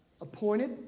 appointed